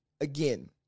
Again